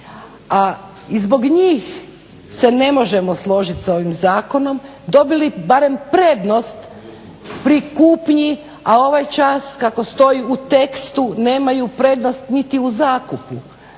i zbog njih se ne možemo složiti s ovim zakonom dobili barem prednost pri kupnji, a ovaj čas kako stoji u tekstu nemaju prednost niti u zakupu.